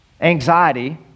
anxiety